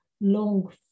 long